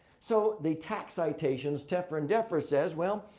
so, the tax citations tefra and defra says, well,